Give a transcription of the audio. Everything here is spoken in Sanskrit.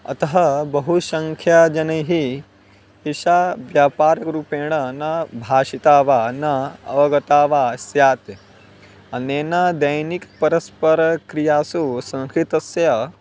अतः बहुसङ्ख्यजनैः एषा व्यापाररूपेण न भाषिता वा न अवगता वा स्यात् अनेन दैनिक परस्परक्रियासु संस्कृतस्य